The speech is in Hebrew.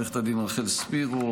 לעו"ד רחל ספירו,